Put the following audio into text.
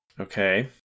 Okay